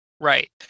right